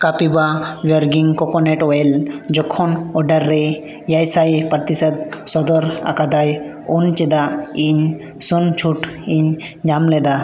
ᱠᱟᱯᱤᱵᱷᱟ ᱵᱷᱟᱨᱡᱤᱱ coconut oil ᱡᱚᱠᱷᱚᱱ order ᱨᱮ ᱮᱭᱟᱭ ᱥᱟᱭ ᱯᱟᱛᱤᱥᱚᱛ ᱥᱚᱫᱚᱨ ᱟᱠᱟᱫᱟᱭ ᱩᱱ ᱪᱮᱫᱟᱜ ᱤᱧ ᱥᱩᱱ ᱪᱷᱩᱴ ᱤᱧ ᱧᱟᱢ ᱞᱮᱫᱟ